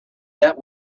that